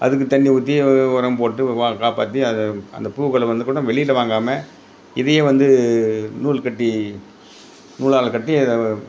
அதுக்கு தண்ணி ஊற்றி எதாவது உரம் போட்டு வா காப்பாற்றி அதை அந்த பூக்களை மொதற்கொண்டு வெளியில் வாங்காமல் இதையே வந்து நூல் கட்டி நூலால் கட்டி அதை